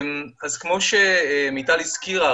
כמו שמיטל הזכירה,